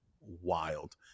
wild